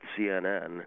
CNN